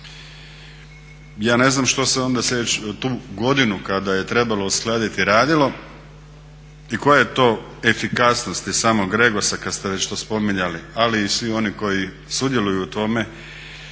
Ja ne znam što se onda tu godinu kada je trebalo uskladiti radilo i koja je to efikasnost samoga Regosa kad ste već to spominjali, ali i svih onih koji sudjeluju u tome